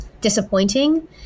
disappointing